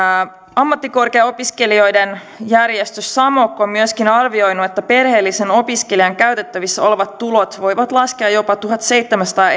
ammattikorkeaopiskelijoiden järjestö samok on myöskin arvioinut että perheellisen opiskelijan käytettävissä olevat tulot voivat laskea jopa tuhatseitsemänsataa